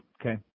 Okay